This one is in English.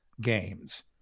games